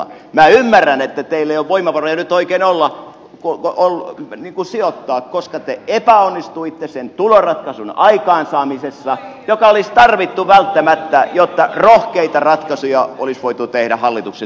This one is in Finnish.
minä ymmärrän että teillä ei ole nyt oikein voimavaroja sijoittaa koska te epäonnistuitte sen tuloratkaisun aikaansaamisessa joka olisi tarvittu välttämättä jotta rohkeita ratkaisuja olisi voitu tehdä hallituksen toimesta